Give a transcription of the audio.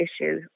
issue